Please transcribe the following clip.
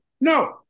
no